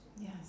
Yes